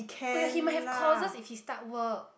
oh ya he might have courses if he start work